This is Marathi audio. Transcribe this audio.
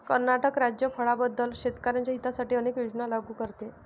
कर्नाटक राज्य फळांबद्दल शेतकर्यांच्या हितासाठी अनेक योजना लागू करते